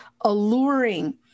alluring